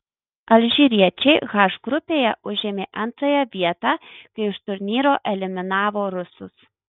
alžyriečiai h grupėje užėmė antrąją vietą kai iš turnyro eliminavo rusus